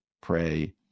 pray